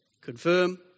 Confirm